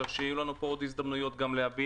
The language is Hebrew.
כך שיהיו לנו פה עוד הזדמנויות גם להביע.